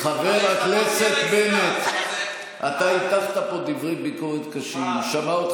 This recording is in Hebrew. חבר הכנסת בנט, אתה הטחת כאן דברי, תהיה רציני.